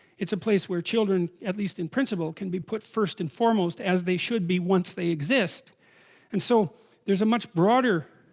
it's a place where children at least in principle can be put first and foremost as they should be once they exist and so there's a much broader